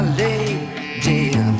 lady